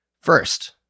first